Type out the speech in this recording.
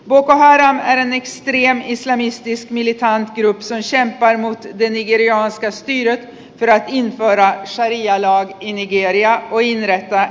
boko haram är en extrem islamistisk militant grupp som kämpar mot det nigerianska styret för att införa sharialag i nigeria och inrätta en islamsk stat